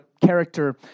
character